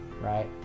right